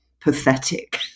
pathetic